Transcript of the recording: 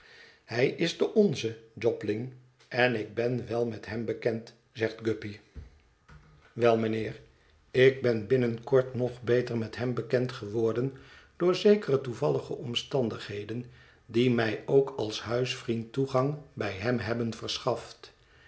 hij is de onze jobling en ik ben wel met hem bekend zegt guppy wel mijnheer ik ben binnen kort nog beter met hem bekend geworden door zekere toevallige omstandigheden die mij ook als huisvriend toegang bij hem hebben verschaft